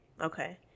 Okay